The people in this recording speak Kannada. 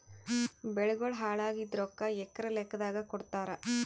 ಬೆಳಿಗೋಳ ಹಾಳಾಗಿದ ರೊಕ್ಕಾ ಎಕರ ಲೆಕ್ಕಾದಾಗ ಕೊಡುತ್ತಾರ?